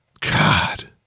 God